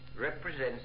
represents